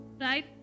right